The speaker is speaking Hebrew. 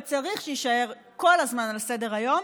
וצריך שיישאר כל הזמן על סדר-היום,